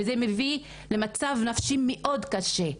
וזה מביא למצב נפשי מאוד קשה,